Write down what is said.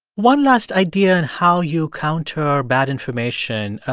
one last idea in how you counter bad information,